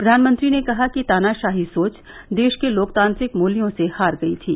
प्रयानमंत्री ने कहा कि तानाशाही सोच देश के लोकतांत्रिक मूल्यों से हार गई थी